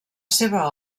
seva